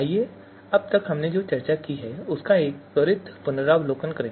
आइए अब तक हमने जो चर्चा की है उसका एक त्वरित पुनर्कथन करें